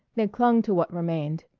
they clung to what remained.